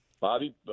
Bobby